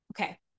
okay